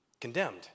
condemned